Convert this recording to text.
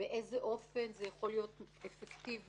באיזה אופן זה יכול להיות אפקטיבי?